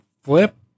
flip